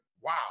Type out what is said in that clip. wow